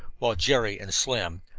while jerry and slim,